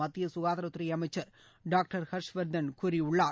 மத்திய குகாதாரத்துறை அமைச்சர் டாக்டர் ஹர்ஷ்வர்தன் கூறியுள்ளார்